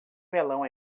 melão